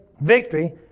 victory